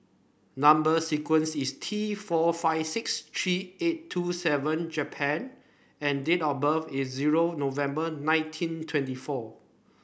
number sequence is T four five six three eight two seven Japan and date of birth is zero November nineteen twenty four